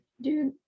Dude